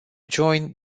join